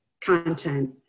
content